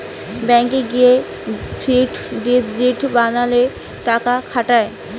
ব্যাংকে গিয়ে fixed deposit বানালে টাকা খাটায়